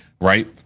Right